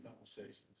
conversations